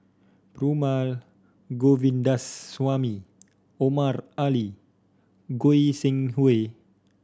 Perumal Govindaswamy Omar Ali Goi Seng Hui